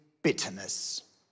Bitterness